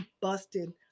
busted